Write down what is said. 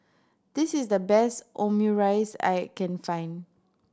this is the best Omurice I can find